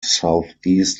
southeast